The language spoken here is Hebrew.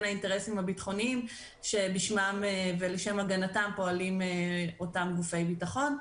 האינטרסים הביטחוניים בשמם ולשם הגנתם פועלים אותם גופי ביטחון.